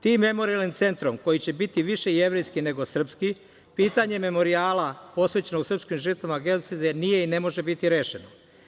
Tim Memorijalnim centrom, koji će biti više jevrejski nego srpski, pitanje memorijala posvećeno srpskim žrtvama genocida nije i ne može biti rešeno.